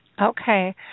Okay